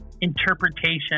interpretation